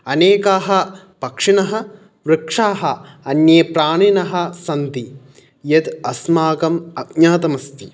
अनेकाः पक्षिणः वृक्षाः अन्ये प्राणिनः सन्ति यत् अस्माकम् अज्ञातमस्ति